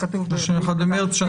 31 במארס.